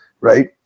right